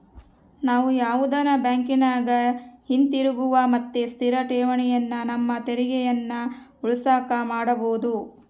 ನಾವು ಯಾವುದನ ಬ್ಯಾಂಕಿನಗ ಹಿತಿರುಗುವ ಮತ್ತೆ ಸ್ಥಿರ ಠೇವಣಿಯನ್ನ ನಮ್ಮ ತೆರಿಗೆಯನ್ನ ಉಳಿಸಕ ಮಾಡಬೊದು